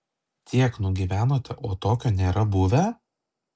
tiek nugyvenote o tokio nėra buvę